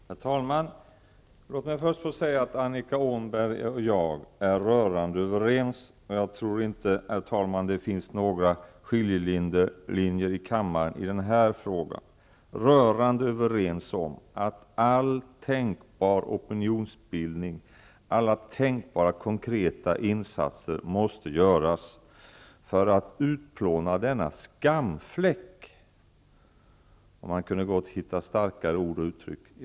Herr talman! Låt mig först få säga att Annika Åhnberg och jag är rörande överens om att all tänkbar opinionsbildning och alla tänkbara konkreta insatser måste göras för att utplåna denna skamfläck, och man kunde gott hitta starkare ord och uttryck för det.